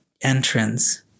entrance